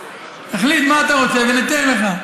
תחליט מה אתה רוצה, וניתן לך.